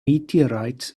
meteorites